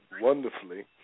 wonderfully